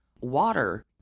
Water